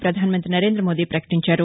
ప్రపధానమంతి నరేంద్రమోదీ ప్రకటించారు